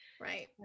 right